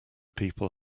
people